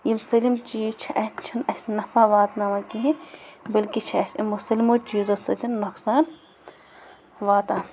یِم سٲلِم چیٖز چھِ چھِنہٕ اَسہِ نفع واتناوان کِہیٖنۍ بٔلکہِ چھِ اَسہِ یِمو سٲلِمو چیٖزو سۭتۍ نۄقصان واتان